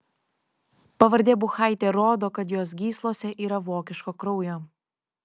pavardė buchaitė rodo kad jos gyslose yra vokiško kraujo